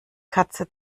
katze